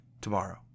tomorrow